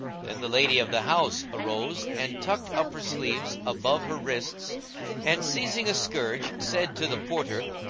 then the lady of the house arose and tucked up her sleeves above her wrists and, seizing a scourge, said to the porter,